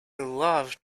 love